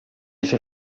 sei